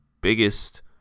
biggest